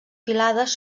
filades